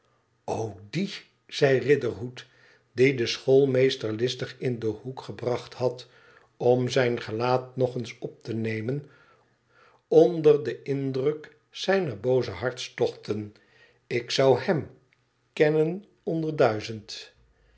die zei riderhood die den schoolmeester listig inden hoek gebracht had om zijn gelaat nog eens op te nemen onder den indruk zijner hooze hartstochten ik zou hem kennen